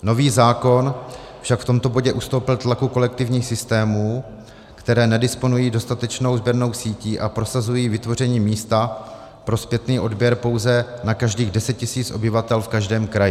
Nový zákon však v tomto bodě ustoupil tlaku kolektivních systémů, které nedisponují dostatečnou sběrnou sítí a prosazují vytvoření místa pro zpětný odběr pouze na každých 10 tisíc obyvatel v každém kraji.